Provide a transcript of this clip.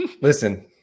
Listen